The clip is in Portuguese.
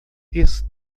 esse